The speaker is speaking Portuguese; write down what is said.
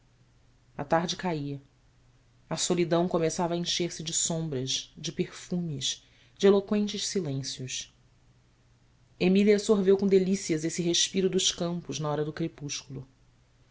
a tarde caía a solidão começava a encher se de sombras de perfumes de eloqüentes silêncios emília sorveu com delícias esse respiro dos campos na hora do crepúsculo